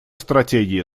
стратегия